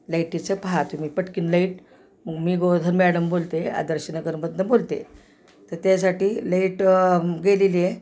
लाईटीचं पहा तुम्ही पटकन लाईट म मी गोधन मॅडम बोलते आदर्शनगर मधून बोलतेय त त्यासाठी लेईट गेलेली आहे